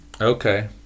Okay